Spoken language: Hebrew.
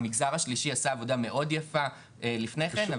המגזר השלישי עשה עבודה מאוד יפה לפני כן,